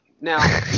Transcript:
now